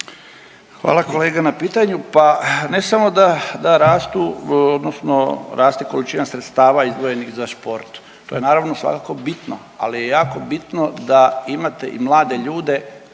Hvala kolega na pitanju. Pa ne samo da rastu odnosno raste količina sredstava izdvojenih za šport. To je naravno, svakako bitno, ali je jako bitno da imate i mlade ljude